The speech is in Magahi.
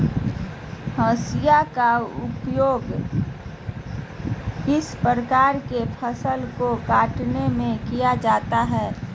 हाशिया का उपयोग किस प्रकार के फसल को कटने में किया जाता है?